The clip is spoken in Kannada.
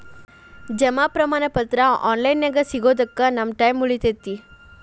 ಜಮಾ ಪ್ರಮಾಣ ಪತ್ರ ಆನ್ ಲೈನ್ ನ್ಯಾಗ ಸಿಗೊದಕ್ಕ ನಮ್ಮ ಟೈಮ್ ಉಳಿತೆತಿ